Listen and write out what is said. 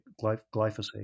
Glyphosate